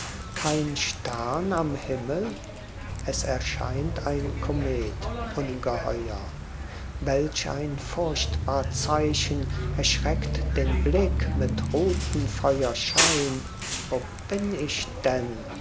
kein stern am himmel es erscheint ein komet ungeheuer welch ein furchtbar zeichen erschreckt den blick mit rutenfeuerschein wo bin ich denn